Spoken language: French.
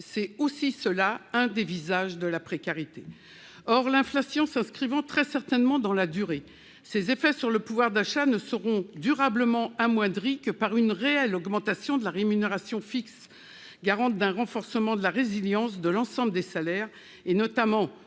C'est aussi l'un des visages de la précarité. Or, comme l'inflation s'inscrit très certainement dans la durée, ses effets sur le pouvoir d'achat ne seront durablement amoindris que par une réelle augmentation de la rémunération fixe, garante d'un renforcement de la résilience sur le temps long de l'ensemble des salaires, notamment